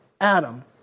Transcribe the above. Adam